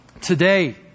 today